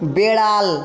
বেড়াল